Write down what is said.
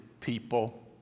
people